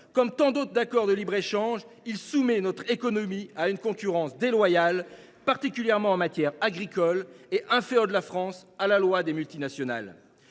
Comme tant d’autres accords de libre échange, il soumet notre économie à une concurrence déloyale, particulièrement en matière agricole, et il inféode la France à la loi des multinationales.